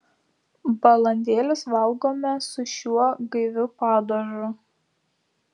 balandėlius valgome su šiuo gaiviu padažu